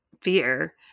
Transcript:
fear